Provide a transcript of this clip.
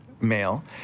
male